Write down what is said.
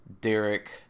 Derek